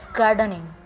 gardening